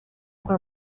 kwa